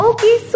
Okay